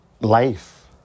life